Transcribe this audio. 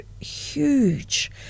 huge